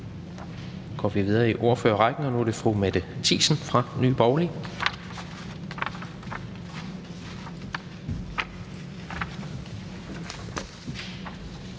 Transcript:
går videre i ordførerrækken. Nu er det fru Mette Thiesen fra Nye Borgerlige.